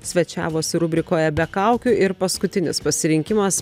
svečiavosi rubrikoje be kaukių ir paskutinis pasirinkimas